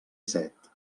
set